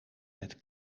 met